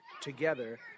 together